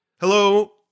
Hello